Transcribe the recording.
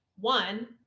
One